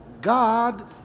God